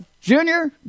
Junior